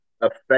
affect